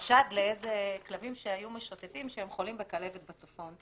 חשד לכלבים משוטטים שהם חולים בכלבת בצפון,